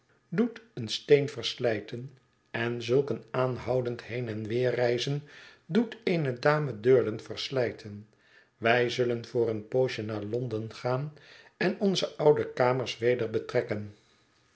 doet een steen verslijten en zulk een aanhoudend heen en weer reizen doet eene dame durden verslijten wij zullen voor een poosje naar londen gaan en onze oude kamers weder betrekken